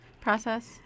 process